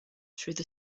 through